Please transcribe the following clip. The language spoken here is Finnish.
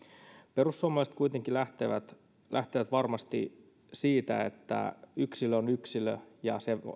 perussuomalaiset kuitenkin lähtevät lähtevät varmasti siitä että yksilö on yksilö ja se